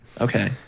Okay